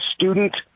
student